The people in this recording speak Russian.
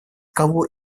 кого